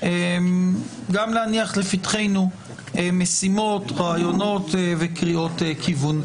גם להניח לפתחנו משימות, רעיונות וקריאות כיוון.